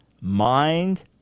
mind